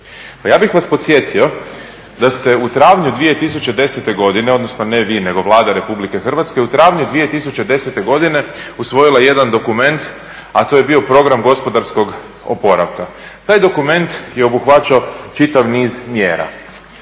ja bih vas podsjetio da ste u travnju 2010. godine, odnosno ne vi nego Vlada Republike Hrvatske u travnju 2010. godine usvojila jedan dokument a to je bio program gospodarskog oporavka. Taj dokument je obuhvaćao čitav niz mjera.